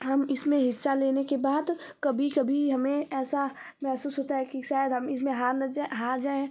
हम इसमें हिस्सा लेने के बाद कभी कभी हमें ऐसा महसूस होता है कि शायद हम इसमे हार न जाए हार जाए